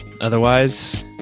Otherwise